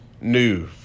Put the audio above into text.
new